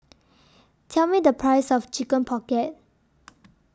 Tell Me The Price of Chicken Pocket